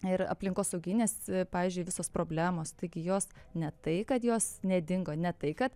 ir aplinkosauginės pavyzdžiui visos problemos taigi jos ne tai kad jos nedingo ne tai kad